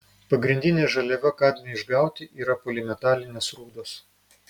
pagrindinė žaliava kadmiui išgauti yra polimetalinės rūdos